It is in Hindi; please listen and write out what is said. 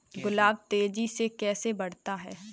गुलाब तेजी से कैसे बढ़ता है?